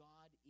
God